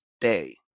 day